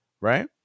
right